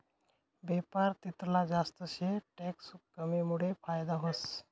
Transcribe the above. बेपार तितला जास्त शे टैक्स कमीमुडे फायदा व्हस